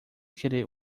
querer